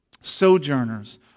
Sojourners